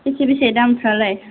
बेसे बेसे दामफोरालाय